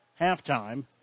halftime